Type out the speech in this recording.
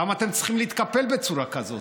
למה אתם צריכים להתקפל בצורה כזאת?